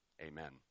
Amen